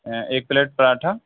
ایک پلیٹ پراٹھا